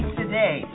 today